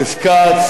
אתה יכול להגיד את זה